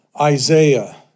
Isaiah